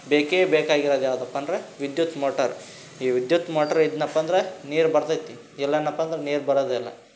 ಬೇಕೇ ಬೇಕಾಗಿರದು ಯಾವುದಪ್ಪ ಅಂದ್ರೆ ವಿದ್ಯುತ್ ಮೋಟರ್ ಈ ವಿದ್ಯುತ್ ಮೋಟ್ರ್ ಇದ್ದನಪ್ಪ ಅಂದ್ರೆ ನೀರು ಬರ್ತೈತೆ ಇಲ್ಲಿ ಅಂದ್ನಪ್ಪ ಅಂದ್ರೆ ನೀರು ಬರೋದೇ ಇಲ್ಲ